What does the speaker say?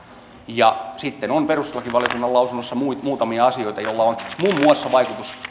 ja sitten on perustuslakivaliokunnan lausunnossa muutamia asioita joilla on muun muassa vaikutus